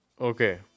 okay